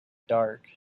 dark